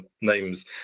names